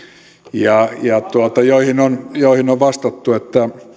ja joihin on joihin on vastattu että